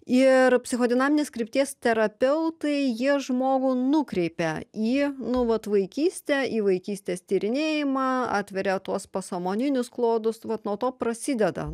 ir psichodinaminės krypties terapeutai jie žmogų nukreipia į nu vat vaikystę į vaikystės tyrinėjimą atveria tuos pasąmoninius klodus vat nuo to prasideda